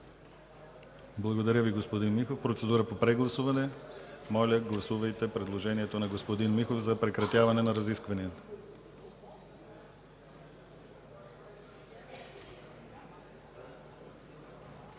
Благодаря Ви, господин Михов. Процедура по прегласуване. Моля, гласувайте предложението на господин Михов за прекратяване на разискванията.